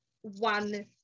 one